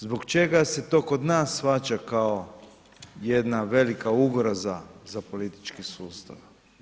Zbog čega se to kod nas shvaća kao jedna velika ugroza za politički sustav?